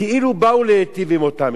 כאילו באו להיטיב עם אותן משפחות.